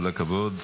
כל הכבוד.